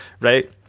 right